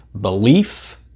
belief